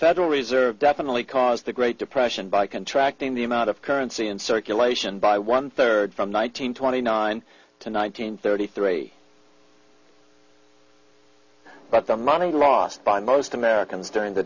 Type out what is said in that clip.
federal reserve definitely caused the great depression by contracting the amount of currency in circulation by one third from one nine hundred twenty nine to nine hundred thirty three but the money lost by most americans during the